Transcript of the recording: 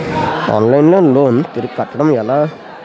Online లో loan తిరిగి కట్టడం ఎలా?